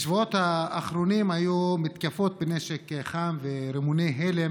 בשבועות האחרונים היו מתקפות בנשק חם ורימוני הלם